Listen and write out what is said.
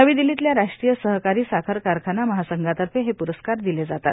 नवी दिल्लीतल्या राष्ट्रीय सहकारी साखर कारखाना महासंघातर्फे हे प्रस्कार दिले जातात